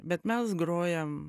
bet mes grojam